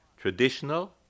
traditional